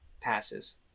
passes